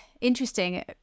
interesting